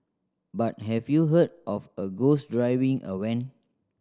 but have you heard of a ghost driving a van